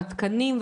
ובתקינה.